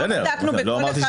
לא בדקנו בכל אחד.